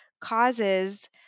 causes